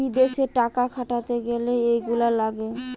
বিদেশে টাকা খাটাতে গ্যালে এইগুলা লাগে